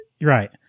Right